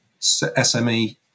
SME